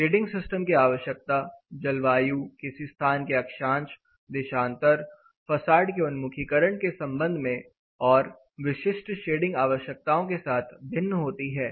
shading system की आवश्यकता जलवायु किसी स्थान के अक्षांश देशांतर फसाड के उन्मुखीकरण के संबंध में और विशिष्ट शेडिंग आवश्यकताओं के साथ भिन्न होती है